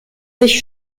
sich